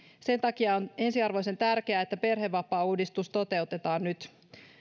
sen takia on ensiarvoisen tärkeää että perhevapaauudistus toteutetaan nyt